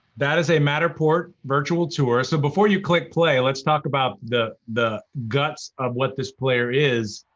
that is a matterport virtual tour, so before you click play, let's talk about the the guts of what this player is,